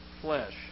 flesh